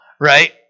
right